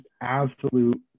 absolute